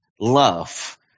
love